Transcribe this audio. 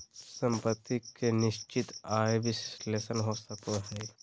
सम्पत्ति के निश्चित आय विश्लेषण हो सको हय